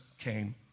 came